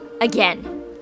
Again